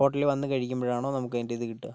ഹോട്ടലിൽ വന്നു കഴിക്കുമ്പോഴാണോ നമുക്കതിൻ്റെ ഇത് കിട്ടുക